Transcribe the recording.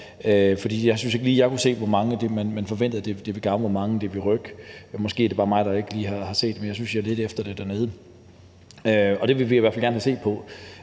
jeg syntes ikke lige, jeg kunne se, hvor mange man forventede det ville gavne, og hvor mange det ville rykke. Måske er det bare mig, der ikke lige har kunnet se det, men jeg syntes ikke, jeg kunne finde det, da jeg ledte efter det. Det vil vi i hvert fald gerne have set på.